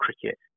cricket